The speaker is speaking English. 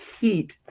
heat